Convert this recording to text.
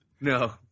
No